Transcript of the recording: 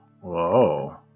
Whoa